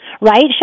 Right